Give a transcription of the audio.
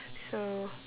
so